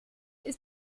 ist